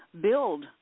build